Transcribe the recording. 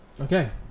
Okay